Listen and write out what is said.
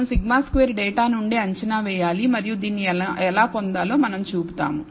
మనం σ2 డేటా నుండి అంచనా వెయ్యాలి మరియు దీన్ని ఎలా పొందాలో మనం చూపుతాము